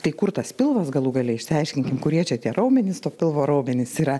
tai kur tas pilvas galų gale išsiaiškinkim kurie čia tie raumenys to pilvo raumenys yra